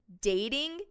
dating